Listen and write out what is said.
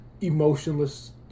emotionless